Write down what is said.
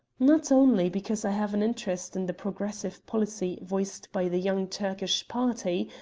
not only because i have an interest in the progressive policy voiced by the young turkish party,